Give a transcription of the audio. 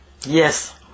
Yes